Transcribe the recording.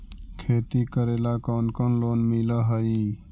खेती करेला कौन कौन लोन मिल हइ?